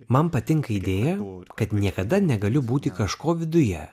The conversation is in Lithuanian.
man patinka idėja kad niekada negali būti kažko viduje